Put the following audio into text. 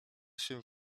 się